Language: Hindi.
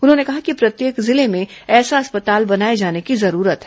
उन्होंने कहा कि प्रत्येक जिले में ऐसा अस्पताल बनाये जाने की जरूरत है